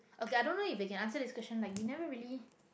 okay I don't know if they can answer this question like we never really